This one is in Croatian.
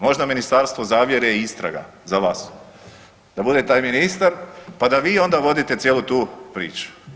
Možda ministarstvo zavjere i istraga za vas, da budete taj ministar, pa da vi onda vodite cijelu tu priču.